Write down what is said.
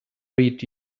read